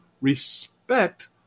respect